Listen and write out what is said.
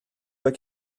fois